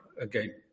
again